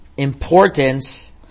Importance